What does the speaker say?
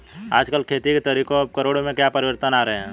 आजकल खेती के तरीकों और उपकरणों में क्या परिवर्तन आ रहें हैं?